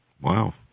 Wow